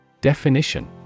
Definition